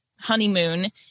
honeymoon